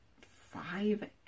five